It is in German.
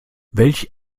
welch